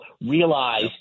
realize